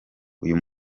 uyu